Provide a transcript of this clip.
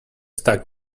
stuck